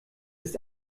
ist